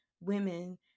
women